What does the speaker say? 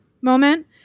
moment